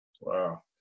Wow